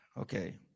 Okay